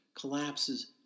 collapses